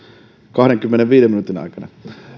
kahdenkymmenenviiden minuutin aikana